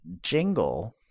jingle